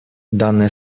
данная